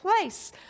place